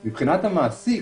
מבחינת המעסיק,